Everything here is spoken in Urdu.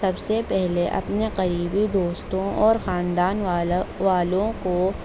سب سے پہلے اپنے قریبی دوستوں اور خاندان والا والوں کو